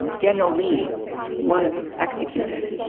daniel lee was executed,